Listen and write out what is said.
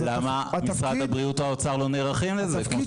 אז למה משרד הבריאות או האוצר לא נערכים לזה כמו שצריך?